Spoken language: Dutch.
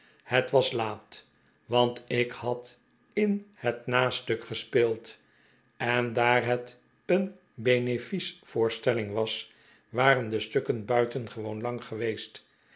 het was laat want ik had in het nastuk gespeeld en daar het een benefice voorstelling was waren de stukken buitengewoon lang geweest